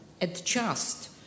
adjust